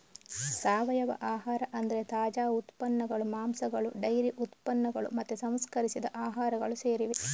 ಸಾವಯವ ಆಹಾರ ಅಂದ್ರೆ ತಾಜಾ ಉತ್ಪನ್ನಗಳು, ಮಾಂಸಗಳು ಡೈರಿ ಉತ್ಪನ್ನಗಳು ಮತ್ತೆ ಸಂಸ್ಕರಿಸಿದ ಆಹಾರಗಳು ಸೇರಿವೆ